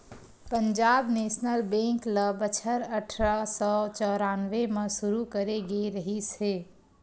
Punjab national bank ल बछर अठरा सौ चौरनबे म सुरू करे गे रिहिस हे